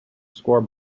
score